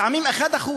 לפעמים 1%,